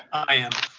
i am.